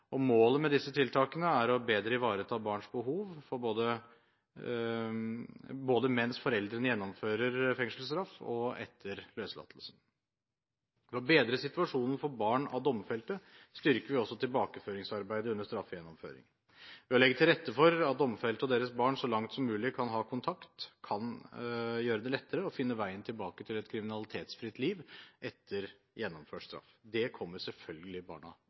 Målet med disse tiltakene er bedre å ivareta barns behov både mens foreldrene gjennomfører fengselsstraff og etter løslatelsen. For å bedre situasjonen for barn av domfelte styrker vi også tilbakeføringsarbeidet under straffegjennomføringen. Å legge til rette for at domfelte og deres barn så langt som mulig kan ha kontakt, kan gjøre det lettere å finne veien tilbake til et kriminalitetsfritt liv etter gjennomført straff. Det kommer selvfølgelig barna